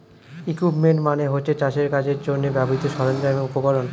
equipment মানে হচ্ছে চাষের কাজের জন্যে ব্যবহৃত সরঞ্জাম এবং উপকরণ